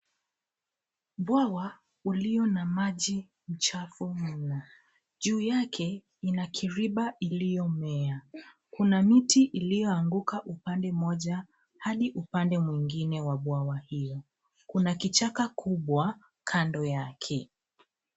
Bwawa ulio na maji mchafu mno. Juu yake ina kiriba iliyomea. Kuna miti iliyoanguka upande moja hadi upande mwingine wa bwawa hio. Kuna kichaka kubwa kando yake.